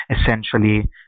essentially